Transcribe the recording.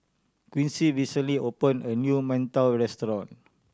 Quincy recently opened a new mantou restaurant